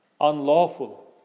Unlawful